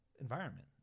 environment